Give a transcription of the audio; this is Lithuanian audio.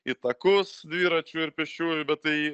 į takus dviračių ir pėsčiųjų bet tai